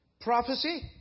Prophecy